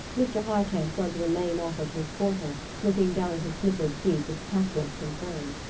mr. highcamp grunted a lame offer to escort her, looking down at his slippered feet with tactless concern.